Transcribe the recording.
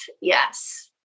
yes